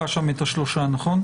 חשבו שברגע שיותקנו תקנות,